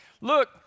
look